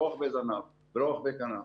לא רחבי זנב ולא רחבי כנף.